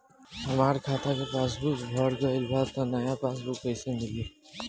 हमार खाता के पासबूक भर गएल बा त नया पासबूक कइसे मिली?